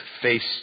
face